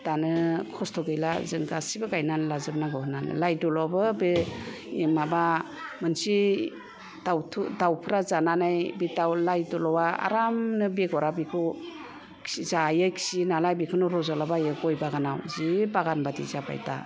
दानो खस्थ' गैला जों गासैबो गायना लाजोबनांगौ होननानै लाय द'लाव बे माबा मोनसे दावथु दावफ्रा जानानै दाव लाय दल'आ आरामनो बेगरा बेखौ खि जायो खियो नालाय बिखौनो रज'ला बायो गय बागानाव जि आराम बागान बायदि जाबाय दा